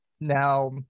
now